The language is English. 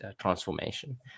transformation